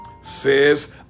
says